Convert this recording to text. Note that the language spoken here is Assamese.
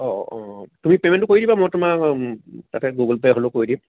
অ তুমি পেমেণ্টটো কৰি দিবা মই তোমাৰ তাতে গুগল পে হ'লেও কৰি দিম